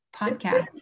podcast